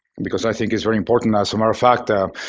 because i think it's very important. as a matter of fact,